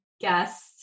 guest